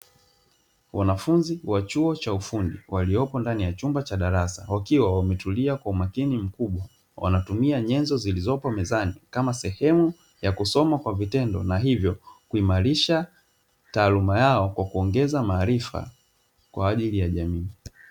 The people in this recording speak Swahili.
Wanafunzi wa chuo cha ufundi waliopo ndani ya chumba cha darasa wakiwa wametulia kwa umakini mkubwa, wanatumia nyenzo zilizopo mezani kama sehemu ya kusoma kwa vitendo na hivyo kuimarisha taaluma yao kwa kuongeza maarifa kwa ajili ya jamii.